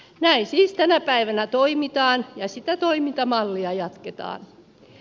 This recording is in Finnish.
näin siis tänä päivänä toimitaan ja sitä toimintamallia jatketaan